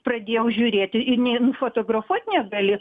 pradėjau žiūrėti ir nei nufotografuot negali